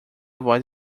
voz